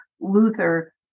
Luther